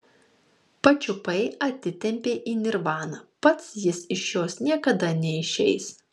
pačiupai atitempei į nirvaną pats jis iš jos niekada neišeis